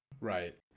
Right